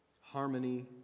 harmony